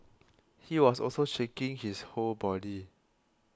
he was also shaking his whole body